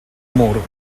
mur